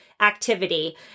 activity